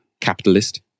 capitalist